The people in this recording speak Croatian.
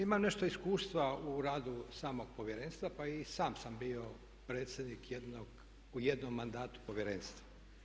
Imam nešto iskustva u radu samog Povjerenstva pa i sam sam bio predsjednik u jednom mandatu Povjerenstva.